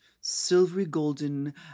silvery-golden